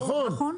נכון.